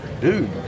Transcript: Dude